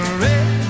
red